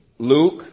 Luke